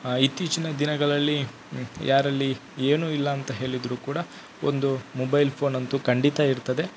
ಇತ್ತೀಚಿನ ದಿನಗಳಲ್ಲಿ ಯಾರಲ್ಲಿ ಏನು ಇಲ್ಲಾಂತ ಹೇಳಿದ್ರೂ ಕೂಡ ಒಂದು ಮೊಬೈಲ್ ಫೋನಂತು ಖಂಡಿತ ಇರುತ್ತದೆ